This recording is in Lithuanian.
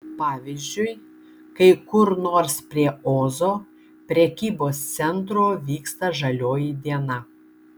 pavyzdžiui kai kur nors prie ozo prekybos centro vyksta žalioji diena